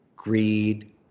greed